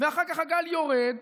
ואחר כך הגל יורד,